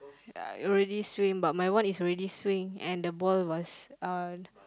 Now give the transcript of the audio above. already swing but my one is already swing and the ball was uh